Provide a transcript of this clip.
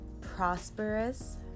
prosperous